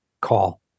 call